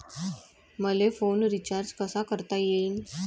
मले phone recharge कसा करता येईन?